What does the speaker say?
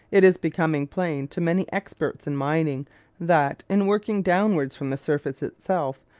it is becoming plain to many experts in mining that, in working downwards from the surface itself,